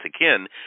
again